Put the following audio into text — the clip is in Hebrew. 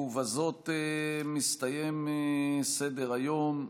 ובזאת מסתיים סדר-היום.